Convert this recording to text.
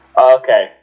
Okay